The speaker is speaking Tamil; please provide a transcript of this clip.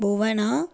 புவனா